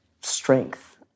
strength